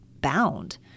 bound